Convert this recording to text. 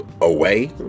away